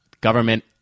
government